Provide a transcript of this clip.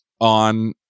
on